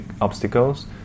obstacles